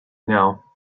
now